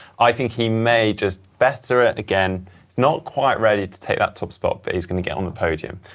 i think he may just better it again. he's not quite ready to take that top spot, but he's going to get on the podium.